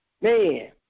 man